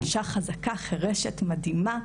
אישה חזקה, חרשת, מדהימה,